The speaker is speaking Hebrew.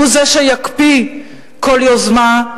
הוא שיקפיא כל יוזמה,